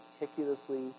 meticulously